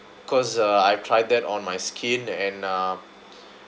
cause uh I've tried that on my skin and um